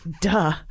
Duh